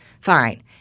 fine